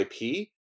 IP